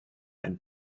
and